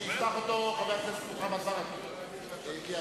ולכן את צריכה להסתכל קדימה בציפייה טובה.